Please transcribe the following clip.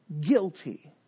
Guilty